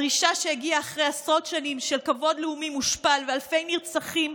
הדרישה הגיעה אחרי עשרות שנים של כבוד לאומי מושפל ואלפי נרצחים,